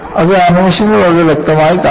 അത് ആനിമേഷനിൽ വളരെ വ്യക്തമായി കാണാം